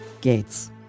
gates